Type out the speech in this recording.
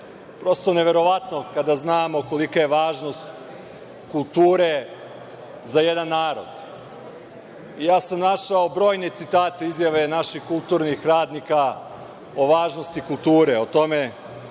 Prosto neverovatno kada znamo kolika je važnost kulture za jedan narod. Ja sam našao brojne citate izjave naših kulturnih radnika, o važnosti kulture, o tome